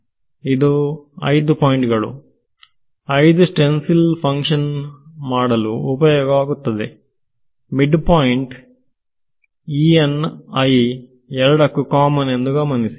ಇದು 5 ಪಾಯಿಂಟ್ ಗಳು 5 ಸ್ಟೆನ್ಸಿಲ್ ಫಂಕ್ಷನ್ನು ಮಾಡಲು ಉಪಯೋಗವಾಗುತ್ತದೆ mid point E n i ಎರಡಕ್ಕೂ ಕಾಮನ್ ಎಂದು ಗಮನಿಸಿ